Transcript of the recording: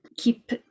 keep